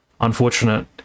unfortunate